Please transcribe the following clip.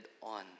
on